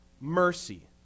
mercy